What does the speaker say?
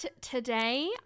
today